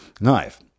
knife